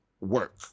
work